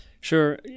Sure